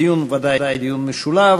הדבר הכי חשוב הוא בסוף,